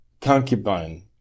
concubine